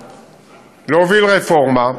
היה להוביל רפורמה,